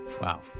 wow